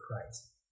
Christ